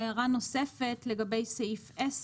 והערכה נוספת, לגבי סעיף 10